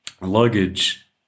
luggage